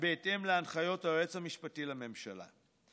בהתאם להנחיות היועץ המשפטי לממשלה",